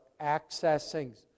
accessing